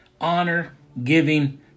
Honor-giving